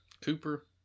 Cooper